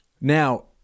Now